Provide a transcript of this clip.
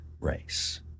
race